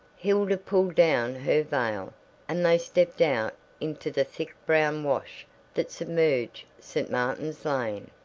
hilda pulled down her veil and they stepped out into the thick brown wash that submerged st. martin's lane.